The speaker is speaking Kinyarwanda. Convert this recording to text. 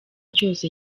cyose